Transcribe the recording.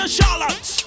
Charlotte